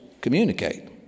communicate